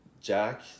Jack